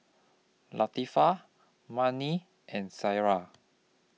Latifa Murni and Sarah